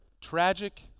tragic